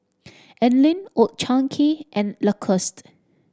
Anlene Old Chang Kee and Lacoste